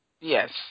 Yes